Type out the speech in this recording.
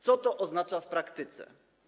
Co to oznacza w praktyce?